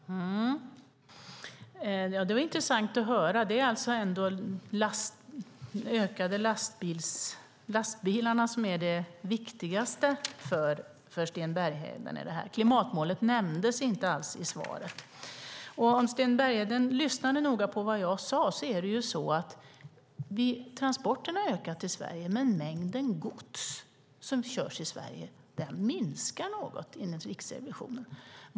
Herr talman! Det var intressant att höra. Det är alltså lastbilarna som är det viktigaste för Sten Bergheden. Klimatmålet nämndes inte alls i svaret. Jag vet inte om Sten Bergheden lyssnade så noga på vad jag sade. Transporterna har ökat i Sverige, men mängden gods som körs i Sverige minskar något, enligt Riksrevisionen.